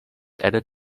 added